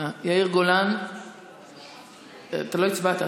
יאיר גולן, אתה לא הצבעת.